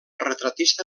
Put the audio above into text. retratista